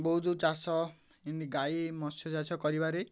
ବୋହୁ ଯେଉଁ ଚାଷ ଏମିତି ଗାଈ ମତ୍ସ୍ୟଚାଷ କରିବାରେ